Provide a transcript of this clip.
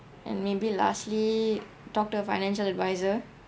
and maybe lastly talk to a financial adviser